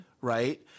Right